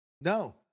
No